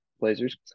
Blazers